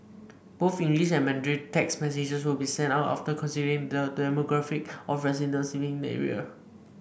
both English and Mandarin text messages will be sent out after considering the demographic of residents living in the area